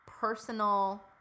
Personal